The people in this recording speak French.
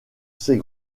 ces